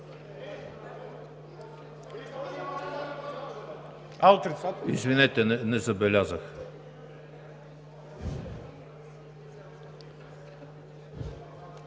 Извинете, не забелязах.